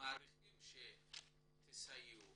מעריכים שתסייעו